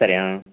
సరే